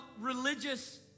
religious